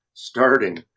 starting